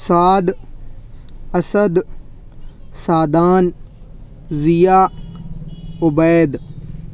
Saad Asad Saadan Zia Ubaid